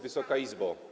Wysoka Izbo!